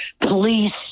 police